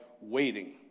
waiting